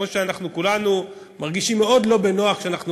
כמו שכולנו מרגישים מאוד לא בנוח כשאנחנו